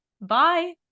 Bye